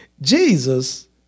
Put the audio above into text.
Jesus